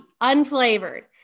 unflavored